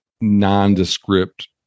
nondescript